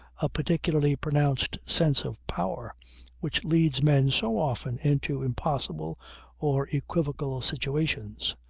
a particularly pronounced sense of power which leads men so often into impossible or equivocal situations.